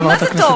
למה זה טוב?